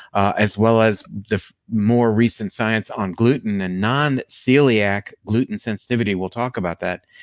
ah as well as the more recent science on gluten and nonceliac gluten sensitivity, we'll talk about that,